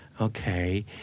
Okay